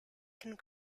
can